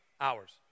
hours